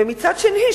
ומצד שני,